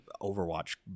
Overwatch